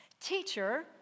Teacher